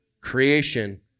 creation